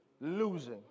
losing